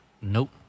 nope